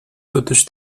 totuși